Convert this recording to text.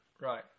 right